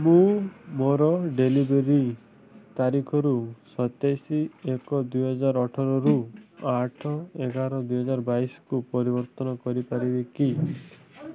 ମୁଁ ମୋର ଡେଲିଭରି ତାରିଖକୁ ସତେଇଶ ଏକ ଦୁଇହଜାର ଅଠରରୁ ଆଠ ଏଗାର ଦୁଇଜାର ବାଇଶକୁ ପରିବର୍ତ୍ତନ କରିପାରିବି କି